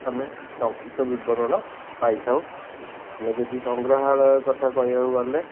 ଆମେ ସଂକ୍ଷିପ୍ତ ବିବରଣ ପାଇଥାଉ ଆମେ ଯଦି ସଂଗ୍ରହାଳୟ କଥା କହିବାକୁ ଗଲେ